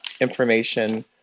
information